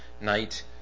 night